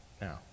Now